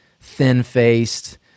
thin-faced